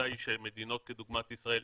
מדינות כדוגמת ישראל,